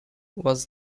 was